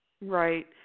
Right